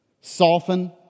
Soften